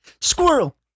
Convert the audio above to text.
Squirrel